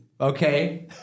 okay